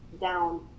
down